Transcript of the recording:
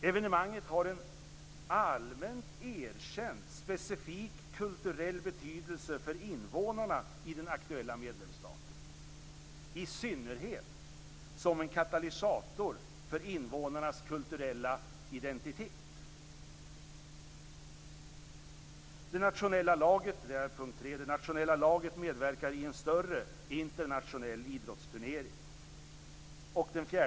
· Evenemanget har en allmänt erkänd specifikt kulturell betydelse för invånarna i den aktuella medlemsstaten, i synnerhet som en katalysator för invånarnas kulturella identitet.